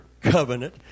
covenant